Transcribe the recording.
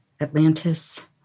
Atlantis